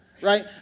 right